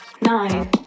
nine